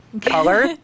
Color